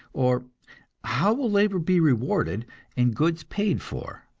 or how will labor be rewarded and goods paid for?